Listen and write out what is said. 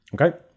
Okay